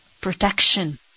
protection